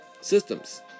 systems